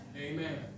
Amen